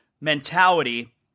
mentality